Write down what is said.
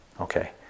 Okay